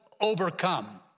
overcome